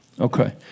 Okay